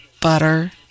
butter